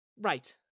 Right